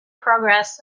progress